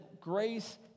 grace